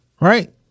right